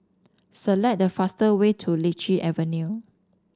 select the fast way to Lichi Avenue